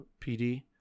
PD